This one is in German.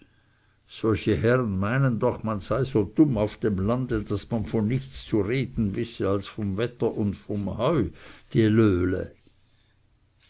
solche herren meinen doch man sei so dumm auf dem lande daß man von nichts zu reden wisse als vom wetter und vom heu die löhle